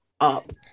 up